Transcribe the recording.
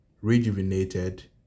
rejuvenated